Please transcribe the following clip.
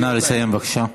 נא לסיים, בבקשה.